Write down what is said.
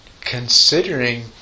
Considering